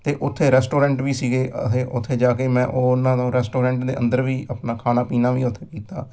ਅਤੇ ਉੱਥੇ ਰੈਸਟੋਰੈਂਟ ਵੀ ਸੀਗੇ ਅਹੇ ਉੱਥੇ ਜਾ ਕੇ ਮੈਂ ਉਹਨਾਂ ਨੂੰ ਰੈਸਟੋਰੈਂਟ ਦੇ ਅੰਦਰ ਵੀ ਆਪਣਾ ਖਾਣਾ ਪੀਣਾ ਵੀ ਉੱਥੇ ਕੀਤਾ